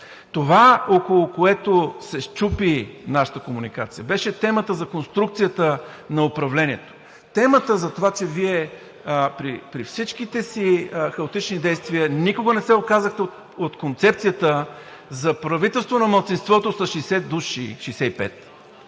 това, около което се счупи нашата комуникация, беше темата за конструкцията на управлението. Темата за това, че Вие, при всичките си хаотични действия, никога не се отказахте от концепцията за правителство на малцинството – с 65 души,